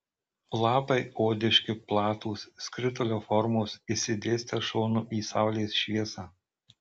lapai odiški platūs skritulio formos išsidėstę šonu į saulės šviesą